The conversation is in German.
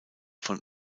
von